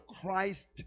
Christ